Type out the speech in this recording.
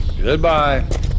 Goodbye